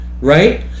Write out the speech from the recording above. right